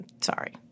sorry